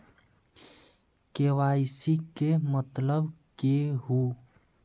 KYC के मतलब केहू?